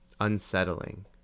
unsettling